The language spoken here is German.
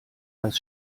das